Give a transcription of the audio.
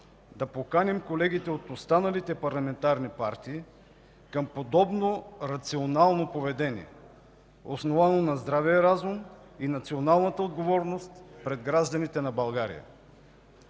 да поканим колегите от останалите парламентарни партии към подобно рационално поведение, основано на здравия разум и националната отговорност пред гражданите на България.